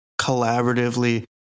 collaboratively